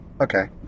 Okay